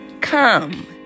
come